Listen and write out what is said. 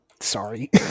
Sorry